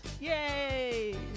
Yay